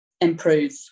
improve